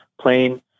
plane